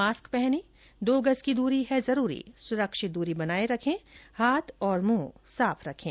mask पहनें दो गज की दूरी है जरूरी सुरक्षित दूरी बनाए रखें हाथ और मुंह साफ रखें